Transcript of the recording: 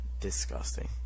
disgusting